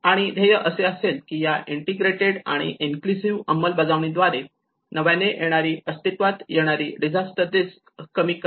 आणि ध्येय असे असेल की आपण या इंटीग्रेटेड आणि इन्क्लुझिव्ह अंमलबजावणी द्वारे नव्याने येणारी आणि अस्तित्वात असलेली डिझास्टर रिस्क कमी करणे